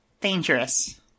dangerous